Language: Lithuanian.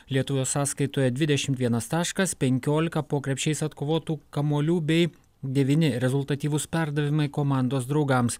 lietuvio sąskaitoje dvidešimt vienas taškas penkiolika po krepšiais atkovotų kamuolių bei devyni rezultatyvūs perdavimai komandos draugams